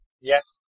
Yes